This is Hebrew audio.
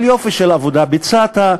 אבל יופי של עבודה ביצעת,